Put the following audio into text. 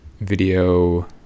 video